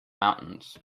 mountains